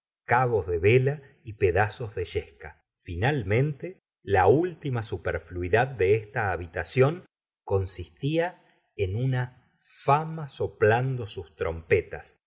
cabos de vela y pedazos de yesca finalmente la última superfluidad de esta habitación consistía en una fama soplando sus trompetas